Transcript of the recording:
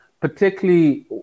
particularly